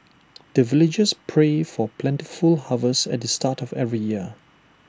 the villagers pray for plentiful harvest at the start of every year